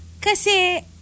Kasi